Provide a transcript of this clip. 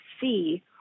see